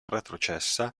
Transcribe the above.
retrocessa